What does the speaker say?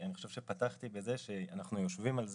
אני חושב שפתחתי בזה שאנחנו יושבים על זה,